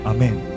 Amen